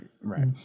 right